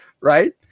Right